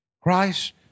Christ